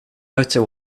outer